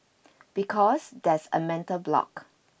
because there's a mental block